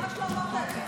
ממש לא אמרת את זה.